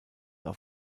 auf